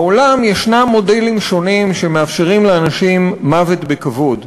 בעולם יש מודלים שונים שמאפשרים לאנשים מוות בכבוד: